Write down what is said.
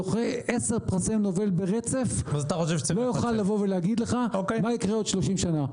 זוכה עשר פרסי נובל ברצף לא יוכל לבוא ולהגיד לך מה יקרה עוד 30 שנה,